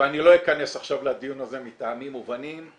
ואני לא אכנס עכשיו לדיון הזה מטעמים מובנים,